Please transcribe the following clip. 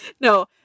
No